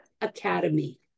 academy